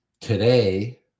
today